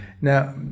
Now